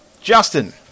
Justin